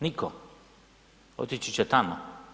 Niko, otići će tamo.